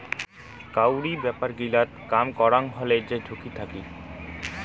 কাউরি ব্যাপার গিলাতে কাম করাং হলে যে ঝুঁকি থাকি